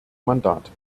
mandat